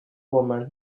woman